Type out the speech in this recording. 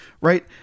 right